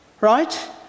Right